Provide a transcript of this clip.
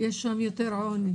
יש שם יותר עוני.